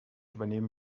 übernehmen